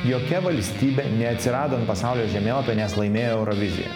jokia valstybė neatsirado ant pasaulio žemėlapio nes laimėjo euroviziją